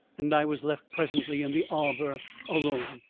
and i was left presently in the arbor alone.